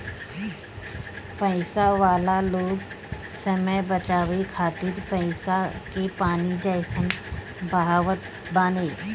पईसा वाला लोग समय बचावे खातिर पईसा के पानी जइसन बहावत बाने